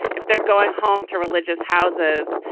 if they're going home to religious houses,